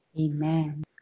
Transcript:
Amen